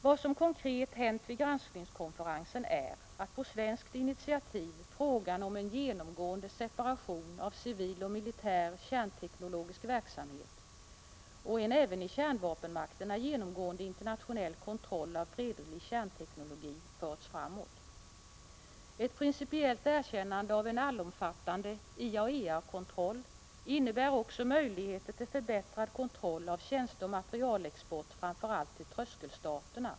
Vad som konkret hänt vid granskningskonferensen är att, på svenskt initiativ, frågan om en genomgående separation av civil och militär kärnteknologisk verksamhet och en även i kärnvapenmakterna genomgående internationell kontroll av fredlig kärnteknologi förts framåt. Ett principiellt erkännande av en allomfattande IAEA-kontroll innebär också möjligheter till förbättrad kontroll av tjänsteoch materielexport, framför allt till tröskelstaterna.